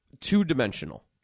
two-dimensional